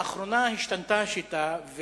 לאחרונה השתנתה השיטה,